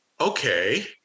okay